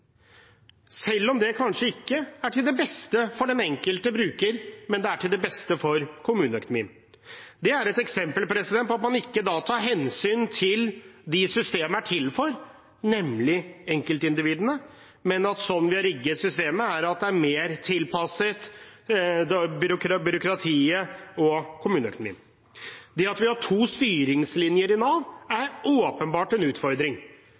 selv om det kanskje ikke er til det beste for den enkelte bruker, men det er til det beste for kommuneøkonomien, er et eksempel på at man ikke tar hensyn til dem systemet er til for, nemlig enkeltindividene. Sånn vi har rigget systemet, er det mer tilpasset byråkratiet og kommuneøkonomien. Det at man har sto styringslinjer i Nav, er åpenbart en utfordring.